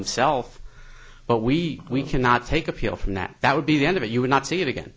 himself but we we cannot take appeal from that that would be the end of it you would not see it again